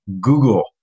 Google